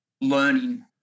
learning